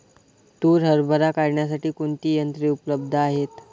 तूर हरभरा काढण्यासाठी कोणती यंत्रे उपलब्ध आहेत?